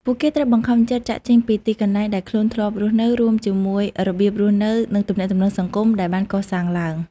ពួកគេត្រូវបង្ខំចិត្តចាកចេញពីទីកន្លែងដែលខ្លួនធ្លាប់រស់នៅ រួមជាមួយរបៀបរស់នៅ និងទំនាក់ទំនងសង្គមដែលបានកសាងឡើង។